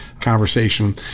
conversation